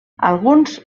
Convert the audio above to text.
alguns